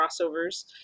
crossovers